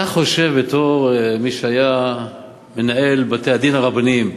אתה חושב, בתור מי שהיה מנהל בתי-הדין הרבניים,